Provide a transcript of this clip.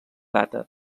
data